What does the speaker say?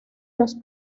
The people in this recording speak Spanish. los